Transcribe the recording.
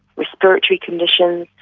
respiratory conditions,